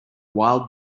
wild